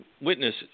witness